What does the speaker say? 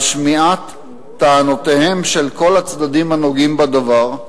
על שמיעת טענותיהם של כל הצדדים הנוגעים בדבר.